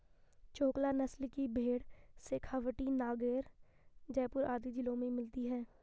चोकला नस्ल की भेंड़ शेखावटी, नागैर, जयपुर आदि जिलों में मिलती हैं